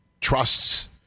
trusts